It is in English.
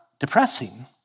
Depressing